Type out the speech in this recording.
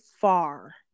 far